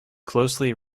closely